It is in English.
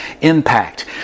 impact